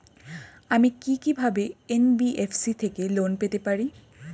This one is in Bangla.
আমি কি কিভাবে এন.বি.এফ.সি থেকে লোন পেতে পারি?